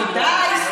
למה לא תדברו על האסי,